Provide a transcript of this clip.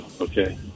Okay